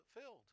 filled